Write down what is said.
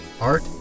art